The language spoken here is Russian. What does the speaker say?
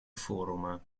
форума